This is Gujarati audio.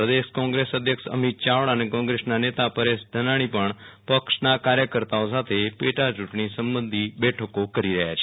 પ્રદેશ કોંગ્રેસ અધ્યક્ષ અમિત ચાવડા અને કોંગ્રેસના નેતા પરેશ ધનાણી પણ પક્ષના કાર્યકર્તાઓ સાથે પેટા ચૂંટણી સંબંધી બેઠકો કરી રહ્યા છે